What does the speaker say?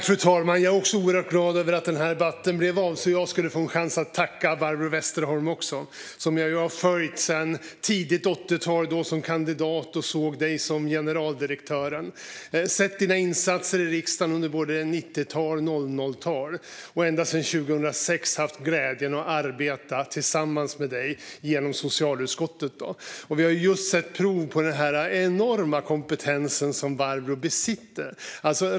Fru talman! Jag är också oerhört glad över att den här debatten blev av så att jag kunde få en chans att tacka dig, Barbro Westerholm, som jag har följt sedan tidigt 80-tal. Då var jag kandidat och såg dig som generaldirektören. Jag har sett dina insatser i riksdagen under både 90-tal och 00-tal, och ända sedan 2006 har jag haft glädjen att arbeta tillsammans med dig genom socialutskottet. Vi har just sett prov på den enorma kompetens som Barbro besitter.